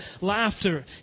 laughter